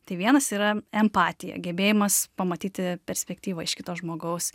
tai vienas yra empatija gebėjimas pamatyti perspektyvą iš kito žmogaus